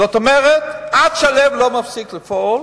זאת אומרת, עד שהלב לא מפסיק לפעול